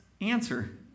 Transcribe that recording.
answer